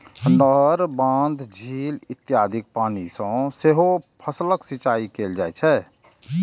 नहर, बांध, झील इत्यादिक पानि सं सेहो फसलक सिंचाइ कैल जाइ छै